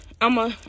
i'ma